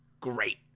great